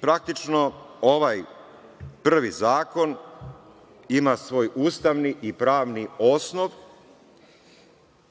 Praktično ovaj prvi zakon ima svoj ustavni i pravni osnov.